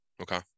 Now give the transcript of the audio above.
Okay